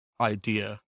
idea